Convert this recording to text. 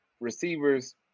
receivers